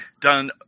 done